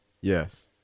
Yes